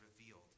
revealed